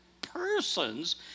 persons